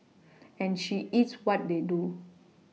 and she eats what they do